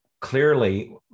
clearly